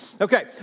Okay